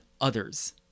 others